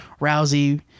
Rousey